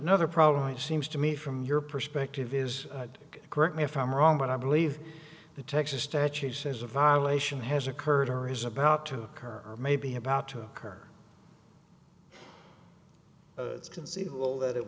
another problem it seems to me from your perspective is correct me if i'm wrong but i believe the texas statute says a violation has occurred or is about to occur or may be about to occur conceivable that it